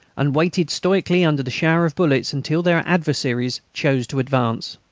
and waited stoically under the shower of bullets until their adversaries chose to advance.